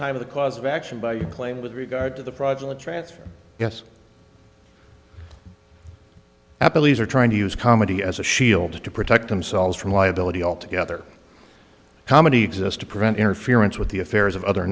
time of the cause of action by you claim with regard to the project to transfer yes i believe they're trying to use comedy as a shield to protect themselves from liability altogether how many exist to prevent interference with the affairs of other